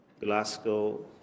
Glasgow